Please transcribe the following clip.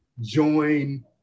join